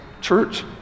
church